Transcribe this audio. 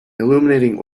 illuminating